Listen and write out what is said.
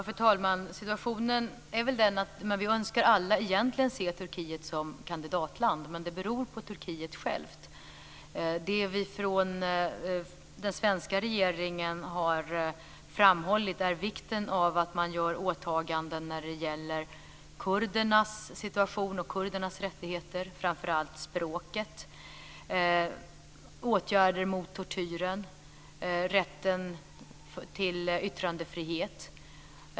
Fru talman! Situationen är väl den att vi alla egentligen önskar se Turkiet som kandidatland. Men det beror på Turkiet självt. Det som vi har framhållit från den svenska regeringen är vikten av att Turkiet gör åtaganden när det gäller kurdernas situation och rättigheter - framför allt språket - åtgärder mot tortyr och rätten till yttrandefrihet.